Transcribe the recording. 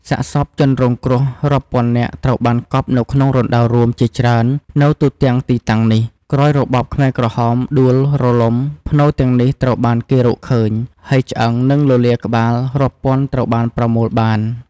សាកសពជនរងគ្រោះរាប់ពាន់នាក់ត្រូវបានកប់នៅក្នុងរណ្ដៅរួមជាច្រើននៅទូទាំងទីតាំងនេះ ក្រោយរបបខ្មែរក្រហមដួលរលំ ផ្នូរទាំងនេះត្រូវបានគេរកឃើញ ហើយឆ្អឹង និងលលាដ៍ក្បាលរាប់ពាន់ត្រូវបានប្រមូលបាន។